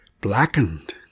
blackened